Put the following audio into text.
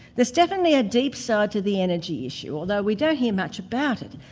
there's definitely a deep side to the energy issue, although we don't hear much about it.